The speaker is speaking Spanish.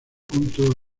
junto